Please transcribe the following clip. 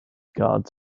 guards